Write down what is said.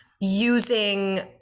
using